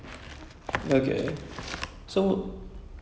in the movie I think that was quite a nice movie